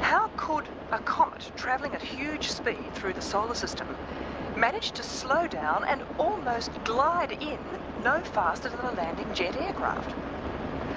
how could a comet travelling at huge speed through the solar system manage to slow down and almost glide in no faster than